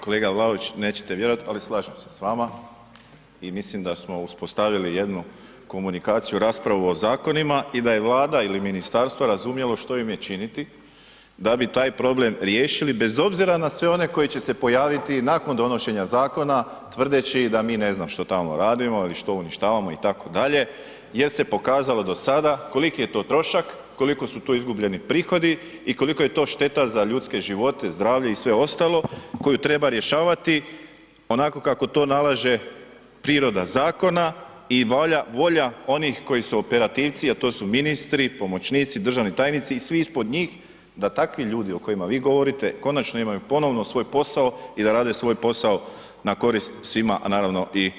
Kolega Vlaović nećete vjerovati ali slažem se s vama i mislim da smo uspostavili jednu komunikaciju raspravu o zakonima i da je Vlada ili ministarstvo razumjelo što im je činiti da bi taj problem riješili bez obzira na sve one koji će se pojaviti nakon donošenja zakona tvrdeći da mi ne znam što tamo radimo i što uništavamo itd., jer se pokazalo do sada koliki je to trošak, koliko su tu izgubljeni prihodi i koliko je to šteta za ljudske živote, zdravlje i sve ostalo koju treba rješavati onako kako to nalaže priroda zakona i volja onih koji su operativci, a to su ministri, pomoćnici, državni tajnici i svi ispod njih da takvi ljudi o kojima vi govorite konačno imaju ponovno svoj posao i da rade svoj posao na korist svima a naravno i